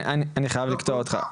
אני חייב לקטוע אותך.